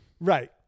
Right